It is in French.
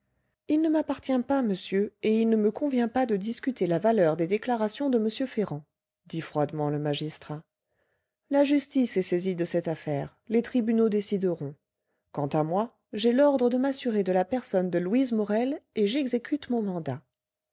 il ne m'appartient pas monsieur et il ne me convient pas de discuter la valeur des déclarations de m ferrand dit froidement le magistrat la justice est saisie de cette affaire les tribunaux décideront quant à moi j'ai l'ordre de m'assurer de la personne de louise morel et j'exécute mon mandat